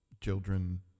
children